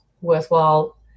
worthwhile